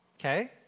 Okay